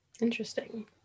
Interesting